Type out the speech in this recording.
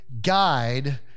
guide